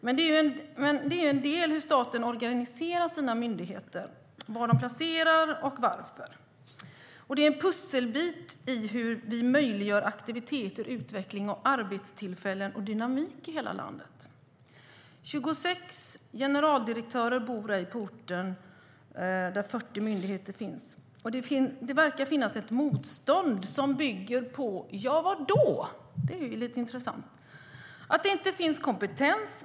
Men det är en del i hur staten organiserar sina myndigheter, var de placeras och varför. Det är en pusselbit i hur vi möjliggör aktiviteter, utveckling, arbetstillfällen och dynamik i hela landet. 26 generaldirektörer bor ej på de orter där 40 myndigheter finns. Det verkar som att det finns ett motstånd som bygger på - ja, vad då? Det är ganska intressant. Det finns inte kompetens.